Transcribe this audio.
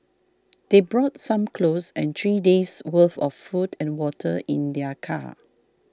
they brought some clothes and three days' worth of food and water in their car